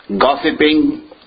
gossiping